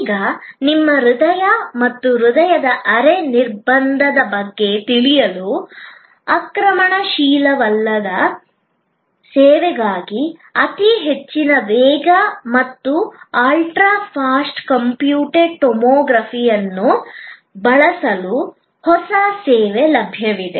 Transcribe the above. ಈಗ ನಿಮ್ಮ ಹೃದಯ ಮತ್ತು ಹೃದಯದ ಅರೆ ನಿರ್ಬಂಧದ ಬಗ್ಗೆ ತಿಳಿಯಲು ಆಕ್ರಮಣಶೀಲವಲ್ಲದ ಸೇವೆಗಾಗಿ ಅತಿ ಹೆಚ್ಚಿನ ವೇಗ ಮತ್ತು ಅಲ್ಟ್ರಾ ಫಾಸ್ಟ್ ಕಂಪ್ಯೂಟೆಡ್ ಟೊಮೊಗ್ರಫಿಯನ್ನು ಬಳಸಲು ಹೊಸ ಸೇವೆ ಲಭ್ಯವಿದೆ